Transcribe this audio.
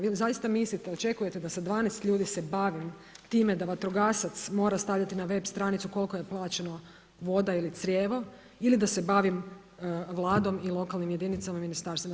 Vi zaista mislite, očekujete da sa 12 ljudi se bavim time da vatrogasac mora stavljati na web stranicu koliko je plaćeno voda ili crijevo ili da se bavim Vladom i lokalnim jedinicama i ministarstvima.